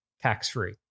tax-free